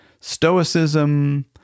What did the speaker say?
Stoicism